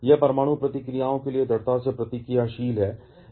यह परमाणु प्रतिक्रियाओं के लिए दृढ़ता से प्रतिक्रियाशील है